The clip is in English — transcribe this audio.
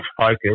focus